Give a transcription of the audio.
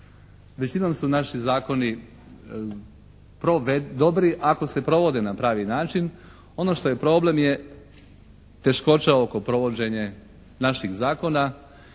većinom su naši zakoni dobri ako se provode na pravi način. Ono što je problem je teškoća oko provođenja naših zakona